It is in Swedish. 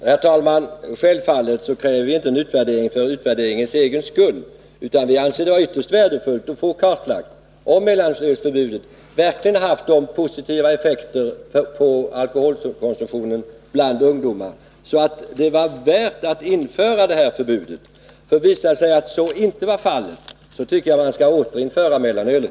Herr talman! Självfallet kräver vi inte en utvärdering för utvärderingens egen skull. Vi anser det vara ytterst värdefullt att få kartlagt om mellanölsförbudet verkligen har haft så positiva effekter på alkoholkonsumtionen bland ungdomar att det var värt att införa förbudet. Visar det sig att så inte var fallet, tycker jag att man skall återinföra mellanölet.